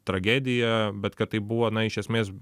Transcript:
tragedija bet kad tai buvo iš esmės